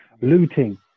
looting